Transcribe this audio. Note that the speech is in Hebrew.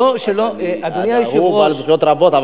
אז הוא בעל זכויות רבות,